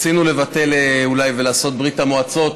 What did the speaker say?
רצינו לבטל אולי ולעשות ברית המועצות,